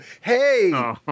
Hey